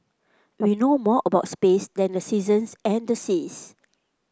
we know more about space than the seasons and the seas